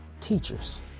teachers